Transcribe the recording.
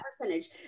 percentage